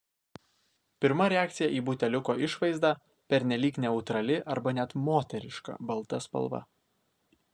pirma reakcija į buteliuko išvaizdą pernelyg neutrali arba net moteriška balta spalva